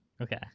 Okay